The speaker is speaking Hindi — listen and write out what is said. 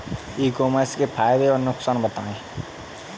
ई कॉमर्स के फायदे और नुकसान बताएँ?